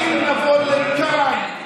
האם נבוא לכאן,